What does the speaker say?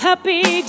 Happy